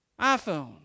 iPhone